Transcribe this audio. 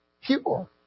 pure